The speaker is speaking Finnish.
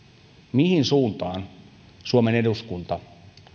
mihin suuntaan suomen eduskunta